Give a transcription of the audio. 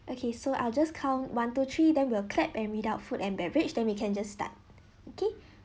okay so I'll just count one two three then we'll clap and read out food and beverage then we can just start okay